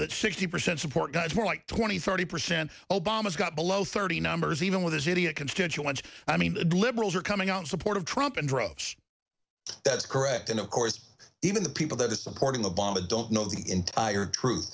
that sixty percent support guns more like twenty thirty percent obama's got below thirty numbers even with his idiot constituents i mean the liberals are coming out in support of trump and drove that's correct and of course even the people that are supporting obama don't know the entire truth